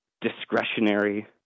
discretionary